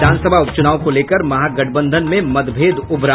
विधानसभा उपचुनाव को लेकर महागठबंधन में मतभेद उभरा